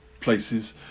places